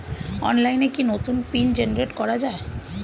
অনলাইনে কি নতুন পিন জেনারেট করা যায়?